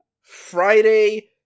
Friday